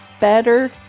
better